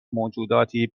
موجوداتی